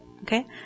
okay